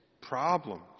problems